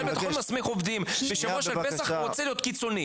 מנהל בית החולים מסמיך עובדים בשבוע של פסח כי הוא רוצה להיות קיצוני,